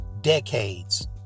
decades